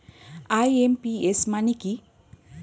IMPS মানে কি?